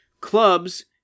clubs